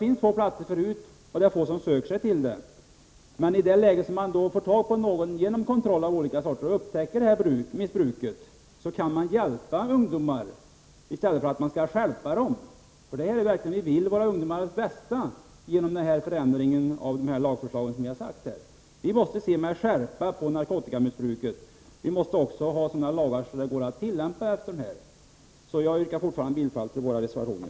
I det läge då man upptäcker missbruket, genom kontroller av olika slag, kan man hjälpa ungdomar i stället för att stjälpa dem. Vi vill verkligen ungdomarnas bästa genom den ändring av lagförslaget som vi vill göra. Man måste se med skärpa på narkotikamissbruket, och lagarna måste vara sådana att de går att tillämpa. Jag yrkar fortfarande bifall till våra reservationer.